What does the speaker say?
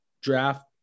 draft